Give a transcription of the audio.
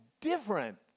different